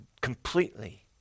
completely